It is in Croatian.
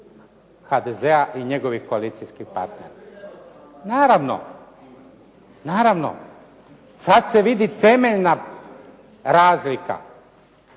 HDZ-a i njegovih koalicijskih partnera. Naravno, naravno sada se vidi temeljna razlika.